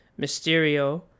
Mysterio